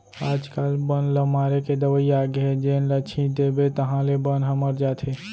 आजकाल बन ल मारे के दवई आगे हे जेन ल छिंच देबे ताहाँले बन ह मर जाथे